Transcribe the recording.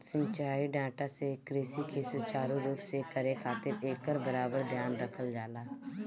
सिंचाई डाटा से कृषि के सुचारू रूप से करे खातिर एकर बराबर ध्यान रखल जाला